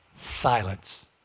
silence